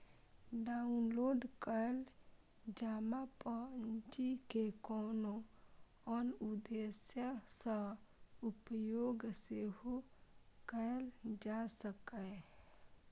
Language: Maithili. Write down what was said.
डॉउनलोड कैल जमा पर्ची के कोनो आन उद्देश्य सं उपयोग सेहो कैल जा सकैए